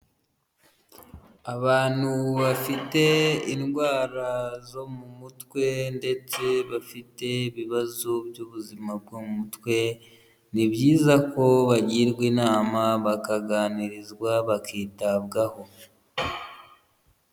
Abantu bafite indwara zo mu mutwe ndetse bafite ibibazo by'ubuzima bwo mu mutwe, ni byiza ko bagirwa inama bakaganirizwa bakitabwaho.